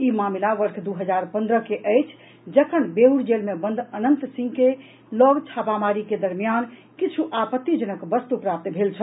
ई मामिला वर्ष दू हजार पन्द्रह के अछि जखन बेउर जेल मे बंद अनंद सिंह के लऽग छापामारी के दरमियान किछु आपत्तिजनक वस्तु प्राप्त भेल छल